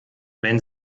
wenn